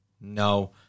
No